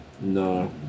No